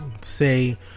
say